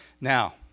Now